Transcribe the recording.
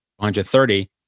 130